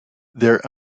their